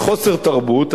היא חוסר תרבות,